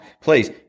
Please